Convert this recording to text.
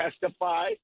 testify